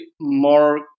more